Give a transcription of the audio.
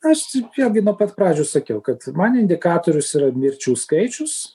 aš vėlgi nuo pat pradžių sakiau kad man indikatorius yra mirčių skaičius